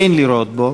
אין לראות בו,